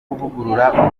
kuvugurura